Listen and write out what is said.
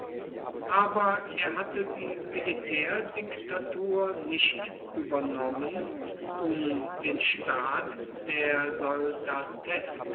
aber er hatte die militärdiktatur nicht übernommen um den staat der soldateska